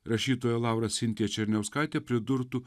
rašytoja laura sintija černiauskaitė pridurtų